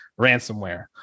ransomware